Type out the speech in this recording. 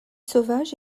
sauvage